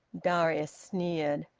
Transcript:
darius sneered.